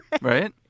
Right